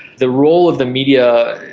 the role of the media,